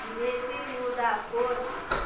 विदेशी मुद्रा कोष